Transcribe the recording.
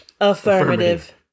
Affirmative